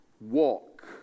walk